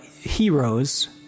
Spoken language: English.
heroes